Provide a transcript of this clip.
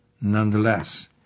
nonetheless